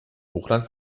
hochland